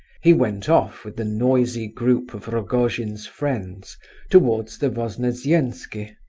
he went off with the noisy group of rogojin's friends towards the voznesensky,